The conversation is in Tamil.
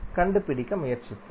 கண்டுபிடிக்க முயற்சிப்போம்